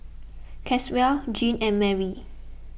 Caswell Gene and Marry